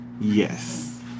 Yes